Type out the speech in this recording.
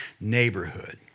neighborhood